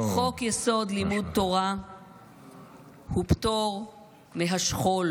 מכובדיי, חוק-יסוד: לימוד תורה הוא פטור מהשכול.